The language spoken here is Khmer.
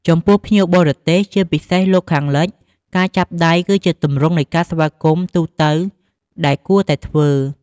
ចំពោះភ្ញៀវបរទេស ជាពិសេសលោកខាងលិច ការចាប់ដៃ គឺជាទម្រង់នៃការស្វាគមន៍ទូទៅដែលគួរតែធ្វើ។